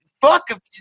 fuck